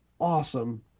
awesome